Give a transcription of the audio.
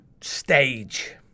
Stage